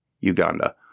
Uganda